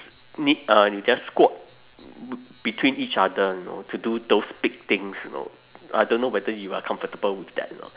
need a you just squat between each other you know to do those big things you know I don't know whether you are comfortable with that or not